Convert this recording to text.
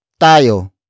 tayo